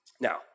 Now